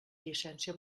llicència